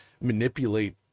manipulate